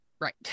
Right